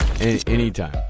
Anytime